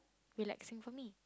relaxing for me